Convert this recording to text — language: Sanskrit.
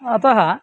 अतः